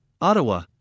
Ottawa